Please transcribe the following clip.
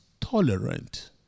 tolerant